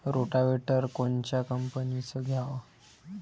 Rotavator कोनच्या कंपनीचं घ्यावं?